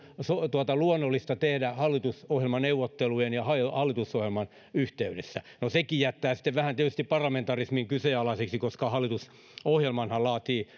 luonnollista tehdä hallitusohjelmaneuvottelujen ja hallitusohjelman yhteydessä no sekin jättää sitten vähän tietysti parlamentarismin kyseenalaiseksi koska hallitusohjelmanhan laativat